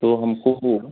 तो हमको वह